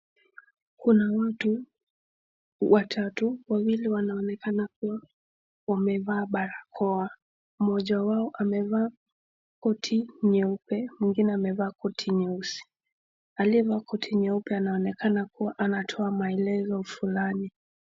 Kuna watu watatu, wawili wanaonekana kuwa wamevaa barakoa. Mmoja wao amevaa koti nyeupe mwingine amevaa koti nyeusi. Aliyevaa koti nyeupe anaonekana kuwa anatoa maelezo fulani.